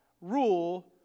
rule